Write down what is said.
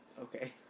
Okay